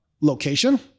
location